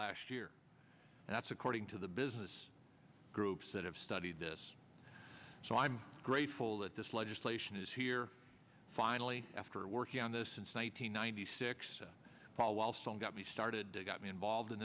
last year and that's according to the business groups that have studied this so i'm grateful that this legislation is here finally after working on this since one nine hundred ninety six paul wellstone got me started they got me involved in